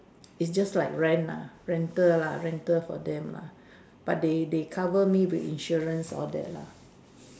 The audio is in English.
it just like rent ah rental lah rental for them lah but they they cover me with insurance all that lah